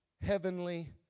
heavenly